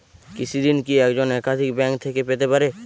কৃষিঋণ কি একজন একাধিক ব্যাঙ্ক থেকে পেতে পারে?